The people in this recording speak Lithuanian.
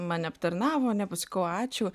mane aptarnavo ane pasakau ačiū